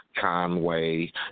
Conway